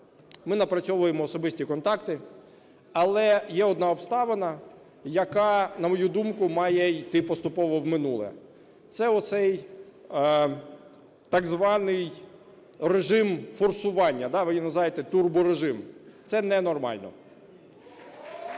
Ми напрацьовуємо особисті контакти. Але є одна обставина, яка, на мою думку, має йти поступово в минуле. Це оцей так званий "режим форсування", да, ви його називаєте "турборежим". Це ненормально.